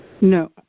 No